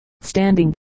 standing